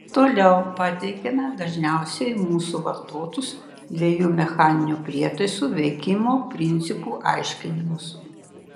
toliau pateikiame dažniausiai mūsų vartotus dviejų mechaninių prietaisų veikimo principų aiškinimus